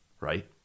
right